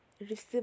receive